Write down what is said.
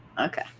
Okay